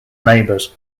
neighbours